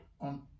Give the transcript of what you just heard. on